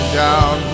down